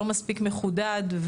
לא מספיק מחודד,